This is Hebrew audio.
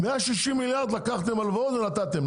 160 מיליארד לקחתם כהלוואות ושמתם.